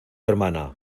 hermana